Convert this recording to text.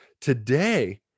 Today